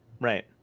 Right